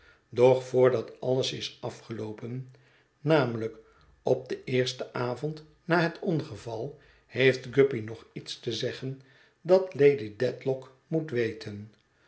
doch voordat alles is afgeloopen namelijk op den eersten avond na het ongeval heeft guppy nog iets te zeggen dat lady dedlock moet weten